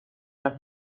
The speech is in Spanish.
las